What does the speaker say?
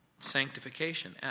Sanctification